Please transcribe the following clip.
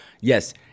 yes